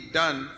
done